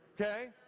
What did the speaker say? okay